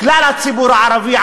לכלל הציבור הערבי,